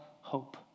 hope